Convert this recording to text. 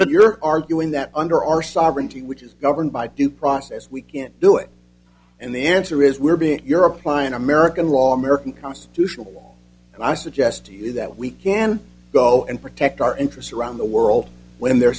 but you're arguing that under our sovereignty which is governed by due process we can't do it and the answer is we're being you're applying american law american constitutional law and i suggest to you that we can go and protect our interests around the world when they're